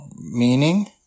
Meaning